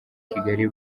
kigali